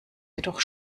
jedoch